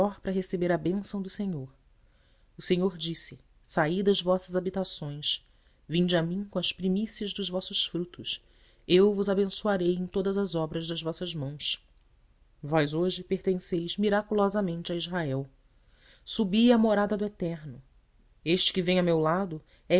para receber a benção do senhor o senhor disse saí das vossas habitações vinde a mim com as primícias dos vossos frutos eu vos abençoarei em todas as obras das vossas mãos vós hoje pertenceis miraculosamente a israel subi à morada do eterno este que vem a meu lado